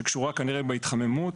שקשורה כנראה בהתחממות.